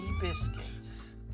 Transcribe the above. biscuits